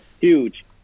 huge